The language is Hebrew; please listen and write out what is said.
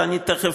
ואני תכף